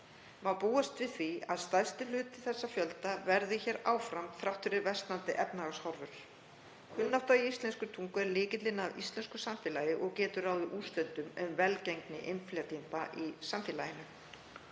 Má búast við því að stærsti hluti þess fjölda verði hér áfram þrátt fyrir versnandi efnahagshorfur. Kunnátta í íslenskri tungu er lykillinn að íslensku samfélagi og getur ráðið úrslitum um velgengni innflytjenda í samfélaginu.